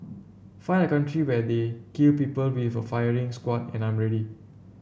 find a country where they kill people with a firing squad and I'm ready